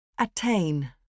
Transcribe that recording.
Attain